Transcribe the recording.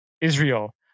Israel